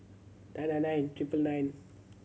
nine nine nine triple nine